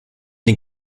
den